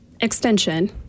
extension